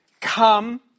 come